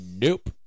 Nope